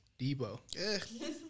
debo